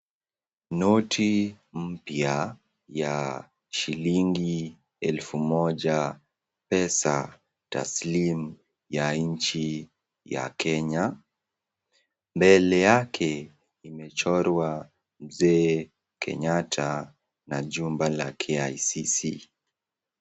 Noti mpya ya shilingi elfu moja, pesa taslimu ya nchi ya Kenya. Mbele yake imechorwa mzee Kenyatta na jumba la KICC.